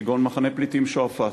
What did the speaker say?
כגון מחנה הפליטים שועפאט.